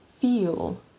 feel